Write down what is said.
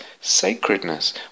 sacredness